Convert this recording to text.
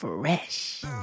fresh